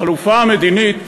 החלופה המדינית